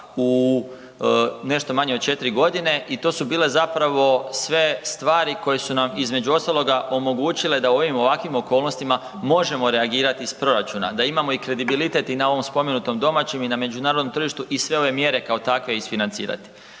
u nešto manje od 4 godine i to su bile sve stvari koje su nam između ostaloga omogućile da u ovim ovakvim okolnostima možemo reagirati iz proračuna, da imamo kredibilitet i na ovom spomenutom domaćem i na međunarodnom tržištu i sve ove mjere kao takve isfinancirati.